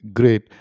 great